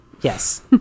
Yes